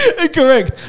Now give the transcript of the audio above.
Incorrect